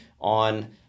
on